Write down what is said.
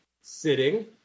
sitting